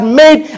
made